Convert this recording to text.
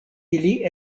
ili